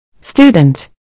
Student